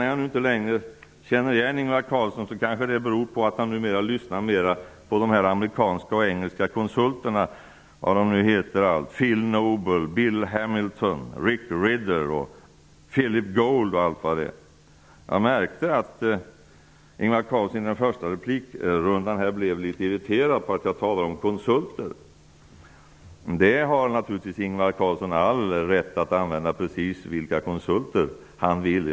Att jag nu inte längre känner igen Ingvar Carlsson kanske beror på att han numera lyssnar på dessa amerikanska och engelska konsulter -- Phil Noble, Bill Hamilton, Rick Ridder, Philip Gould osv. Jag märkte att Ingvar Carlsson i den första replikrundan blev litet irriterad över att jag talade om konsulter. Naturligtvis har Ingvar Carlsson rätt att använda vilka konsulter han vill.